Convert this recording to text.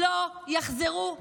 לא יחזרו לעולם,